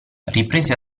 riprese